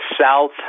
south